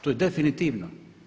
To je definitivno.